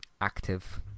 active